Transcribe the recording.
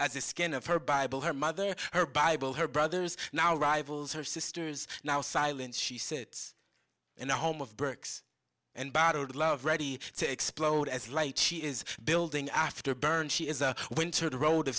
as the skin of her bible her mother her bible her brothers now rivals her sisters now silence she sits in the home of burke's and battered love ready to explode as light she is building after burned she is a winter the road